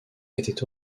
était